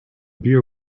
beer